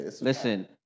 Listen